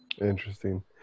Interesting